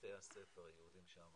בתי הספר היהודיים שם